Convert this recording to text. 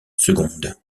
seconde